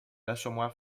l’assommoir